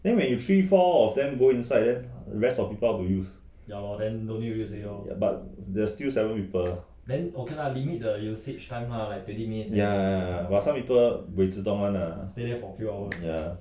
then when you you three four of them go inside then the rest of the people how to use but but there is still seven people ya ya ya but some people buay 自动 one lah ya